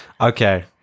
Okay